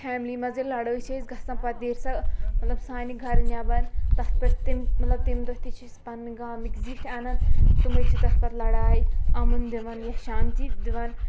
family منٛز ییٚلہِ لڑٲے چھِ اَسہِ گژھان پَتہٕ نیرِ سۄ مطلب سانہِ گرٕ نیٚبر تَتھ پٮ۪ٹھ تَمہِ مطلب تَمہِ دۄہ تہِ چھِ أسۍ پنٕنۍ گامٕکۍ زِٹھۍ اَنان تِمَے چھِ تتھ پتہٕ لڑایہِ امُن دِوان یا شانتی دِوان